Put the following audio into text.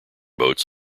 boats